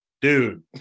dude